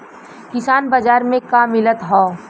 किसान बाजार मे का मिलत हव?